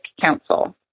council